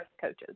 coaches